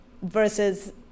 versus